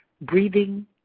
Breathing